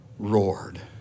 Roared